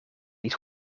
niet